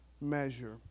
measure